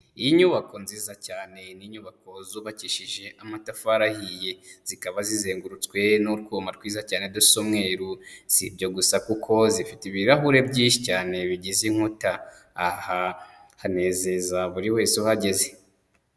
Inyubako nziza cyane, ni inyubako zubakishije amatafari ahiye, zikaba zizengurutswe n'utwuma twiza cyane dusa umweru, si ibyo gusa kuko zifite ibirahure byinshi cyane bigize inkuta, aha hanezeza buri wese uhageze.